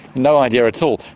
no idea at all.